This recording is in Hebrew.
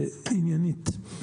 עניינית,